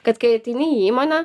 kad kai ateini į įmonę